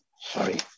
Sorry